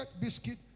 biscuit